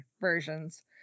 versions